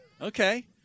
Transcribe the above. Okay